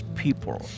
people